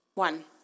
One